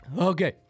Okay